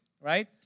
Right